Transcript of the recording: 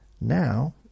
now